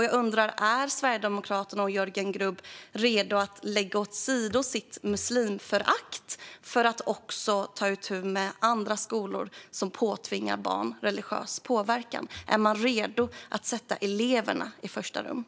Jag undrar: Är Sverigedemokraterna och Jörgen Grubb redo att lägga sitt muslimförakt åsido för att också ta itu med andra skolor som påtvingar barn religiös påverkan? Är man redo att sätta eleverna i första rummet?